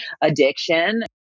addiction